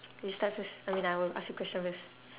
you start first I mean I'll ask you question first